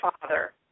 father